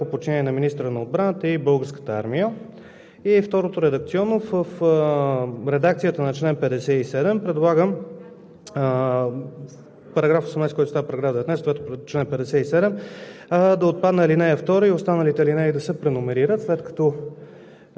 чл. 56, ал. 4 думите „въоръжените сили и структурите на пряко подчинение на министъра на отбраната“ да се заменят с „Министерството на отбраната, структурите на пряко подчинение на министъра на отбраната и Българската армия“. И второ, в редакцията на чл. 57 да